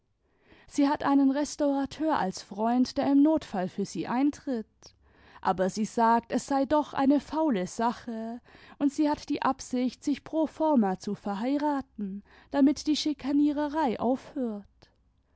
sie hat einen restaurateur als freimd der im notfall für sie eintritt aber sie sagt es sei doch eine faule sache und sie hat die absicht sich pro forma zu verheiraten damit die schikaniererei aufhört